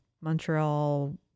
Montreal